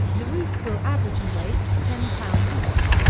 the roots will average in weight ten lbs. each.